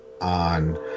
on